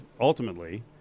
ultimately